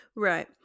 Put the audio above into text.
Right